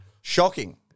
Shocking